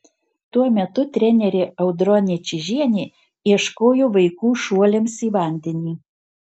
tuo metu trenerė audronė čižienė ieškojo vaikų šuoliams į vandenį